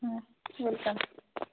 অঁ ৱেলকাম